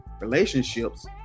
relationships